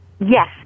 Yes